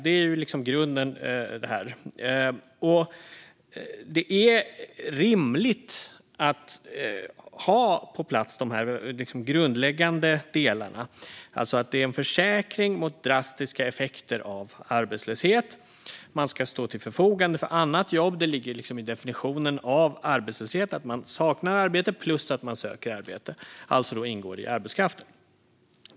Det är rimligt att ha de grundläggande delarna på plats, alltså att det är en försäkring mot drastiska effekter av arbetslöshet och att man ska stå till förfogande för annat jobb. Det ligger liksom i definitionen av arbetslöshet att man saknar arbete plus att man söker arbete, alltså då ingår i arbetskraften.